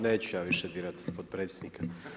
Neću ja više dirati potpredsjednika.